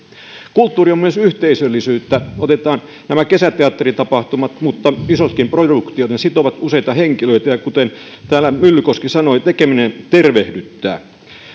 kulttuuri on myös yhteisöllisyyttä otetaan nämä kesäteatteritapahtumat mutta isotkin produktiot ne sitovat useita henkilöitä ja kuten täällä myllykoski sanoi tekeminen tervehdyttää